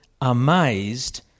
amazed